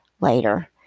later